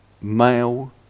male